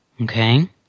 Okay